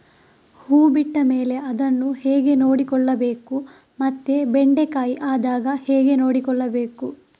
ಹೂ ಬಿಟ್ಟ ಮೇಲೆ ಅದನ್ನು ಹೇಗೆ ನೋಡಿಕೊಳ್ಳಬೇಕು ಮತ್ತೆ ಬೆಂಡೆ ಕಾಯಿ ಆದಾಗ ಹೇಗೆ ನೋಡಿಕೊಳ್ಳಬೇಕು?